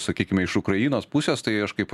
sakykime iš ukrainos pusės tai aš kaip